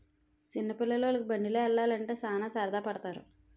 చిన్న పిల్లోలికి బండిలో యల్లాలంటే సాన సరదా పడతారు